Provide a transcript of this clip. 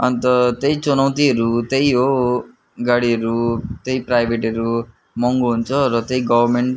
अन्त त्यही चुनौतीहरू त्यही हो गाडीहरू त्यही प्राइभेटहरू महँगो हुन्छ र त्यही गभर्मेन्ट